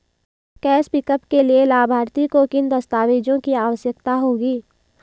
Cash pickup के लिए लाभार्थी को किन दस्तावेजों की आवश्यकता होगी?